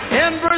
in-